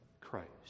Christ